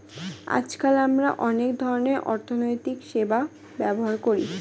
আজকাল আমরা অনেক ধরনের অর্থনৈতিক সেবা ব্যবহার করি